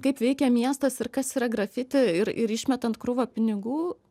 kaip veikia miestas ir kas yra grafiti ir ir išmetant krūvą pinigų